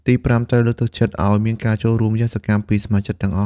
ទីប្រាំ ត្រូវ លើកទឹកចិត្តឲ្យមានការចូលរួមយ៉ាងសកម្ម ពីសមាជិកទាំងអស់។